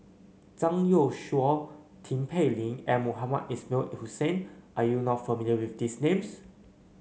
Zhang Youshuo Tin Pei Ling and Mohamed Ismail Hussain Are you not familiar with these names